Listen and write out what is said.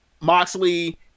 Moxley